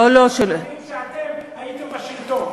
לא, לא של, שנים שאתם הייתם בשלטון.